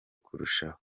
kurushaho